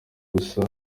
gusa